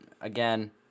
again